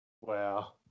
Wow